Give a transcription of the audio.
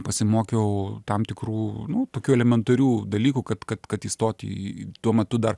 pasimokiau tam tikrų nu tokių elementarių dalykų kad kad kad įstot į tuo metu dar